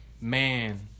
Man